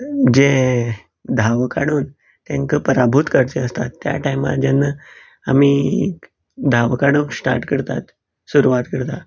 जे घाम काडून तेंकां पराभूत करचे आसता त्या टायमार जेन्ना आमी धाव काडूंक स्टार्ट करतात सुरवात करतात